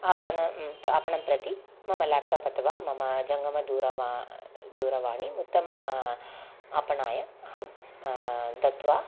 आपणम् आपणं प्रति मम लाप्टाप् अथवा मम जङ्गम दूरवा दूरवाणीम् उत्तमम् आपणाय अहं दत्वा